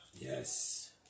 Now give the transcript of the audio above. Yes